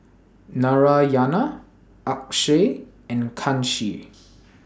Narayana Akshay and Kanshi